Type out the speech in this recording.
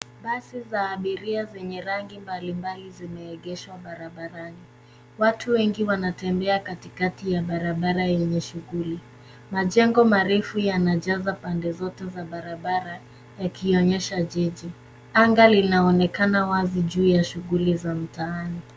Basi za abiria zenye rangi mbali mbali zimeegeshwa barabarani. Watu wengi wanatembea katikati ya barabara yenye shughuli. Majengo marefu yanajaza pande zote za barabara yakionyesha jiji. Anga linaonekana wazi juu ya shughuli za mtaani.